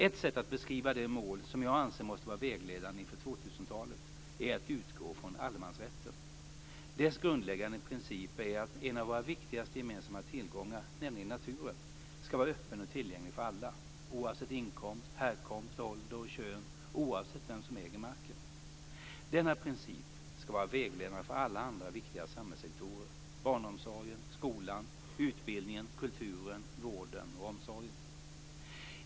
Ett sätt att beskriva de mål som jag anser måste vara vägledande inför 2000-talet är att utgå från allemansrätten. Dess grundläggande princip är att en av våra viktigaste gemensamma tillgångar, nämligen naturen, ska vara öppen och tillgänglig för alla oavsett inkomst, härkomst, ålder och kön och oavsett vem som äger marken. Denna princip ska vara vägledande för alla andra viktiga samhällssektorer - barnomsorgen, skolan, utbildningen, kulturen, vården och omsorgen.